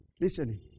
listening